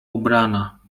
ubrana